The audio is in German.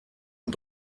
und